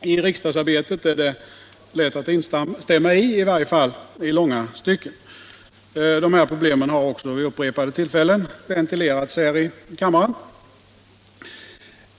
i riksdagsarbetet är det lätt att instämma i, åtminstone i långa stycken. De här problemen har också vid upprepade tillfällen ventilerats i riksdagen.